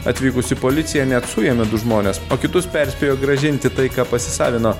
atvykusi policija net suėmė du žmones o kitus perspėjo grąžinti tai ką pasisavino